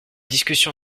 discussion